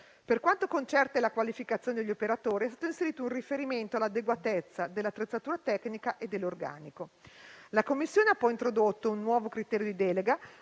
Per quanto concerne la qualifica degli operatori, è stato inserito un riferimento all'adeguatezza dell'attrezzatura tecnica e dell'organico. La Commissione ha poi introdotto un nuovo criterio di delega,